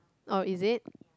oh is it